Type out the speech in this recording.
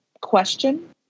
question